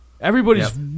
Everybody's